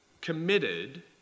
committed